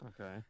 Okay